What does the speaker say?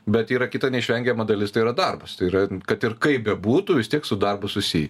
bet yra kita neišvengiama dalis tai yra darbas tai yra kad ir kaip bebūtų vis tiek su darbu susij